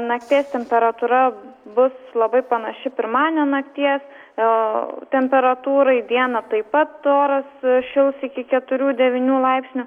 nakties temperatūra bus labai panaši pirmadienio nakties o temperatūrai dieną taip pat oras šils iki keturių devynių laipsnių